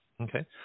Okay